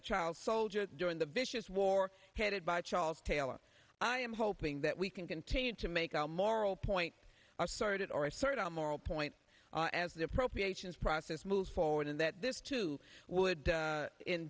a child soldier during the vicious war headed by charles taylor i am hoping that we can continue to make our moral point our sordid or assert our moral point as the appropriations process moves forward and that this too would